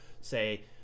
say